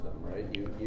right